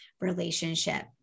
relationship